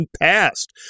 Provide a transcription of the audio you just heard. passed